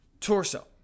torso